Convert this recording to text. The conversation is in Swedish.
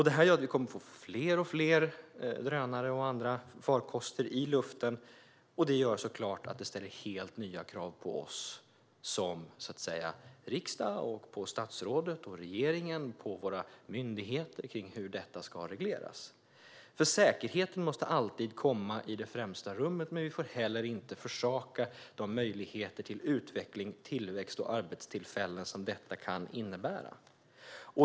Det här gör att vi kommer att få allt fler drönare och andra farkoster i luften, och det gör såklart att det ställs helt nya krav på riksdagen, statsrådet, regeringen och våra myndigheter när det gäller hur detta ska regleras. Säkerheten måste alltid sättas i första rummet, men vi får heller inte försaka de möjligheter till utveckling, tillväxt och arbetstillfällen som detta kan innebära.